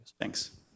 Thanks